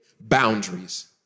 boundaries